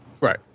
Right